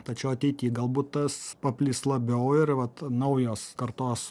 tačiau ateity galbūt tas paplis labiau ir vat naujos kartos